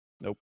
Nope